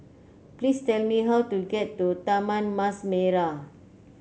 please tell me how to get to Taman Mas Merah